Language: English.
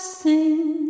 sing